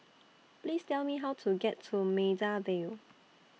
Please Tell Me How to get to Maida Vale